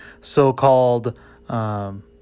so-called